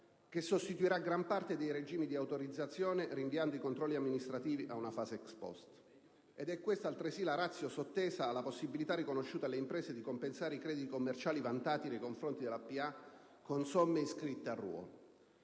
che sostituirà gran parte dei regimi di autorizzazione rinviando i controlli amministrativi ad una fase *ex post*. Ed è questa altresì la *ratio* sottesa alla possibilità riconosciuta alle imprese di compensare i crediti commerciali vantati nei confronti della pubblica amministrazione con